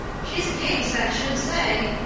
she's a case, i should say.